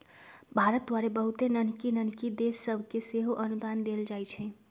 भारत द्वारा बहुते नन्हकि नन्हकि देश सभके सेहो अनुदान देल जाइ छइ